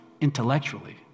intellectually